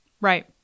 Right